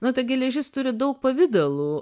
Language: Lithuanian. na ta geležis turi daug pavidalų